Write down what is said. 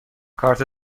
کارت